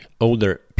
older